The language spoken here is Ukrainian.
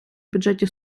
бюджеті